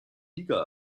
liga